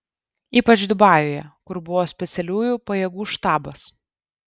ypač dubajuje kur buvo specialiųjų pajėgų štabas